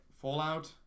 Fallout